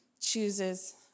chooses